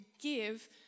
give